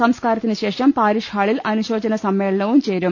സംസ്കാരത്തിന് ശേഷം പാരിഷ് ഹാളിൽ അനുശോചന സമ്മേളനവും ചേരും